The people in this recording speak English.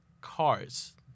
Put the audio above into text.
Cars